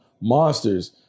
monsters